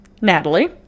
Natalie